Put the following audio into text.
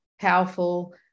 powerful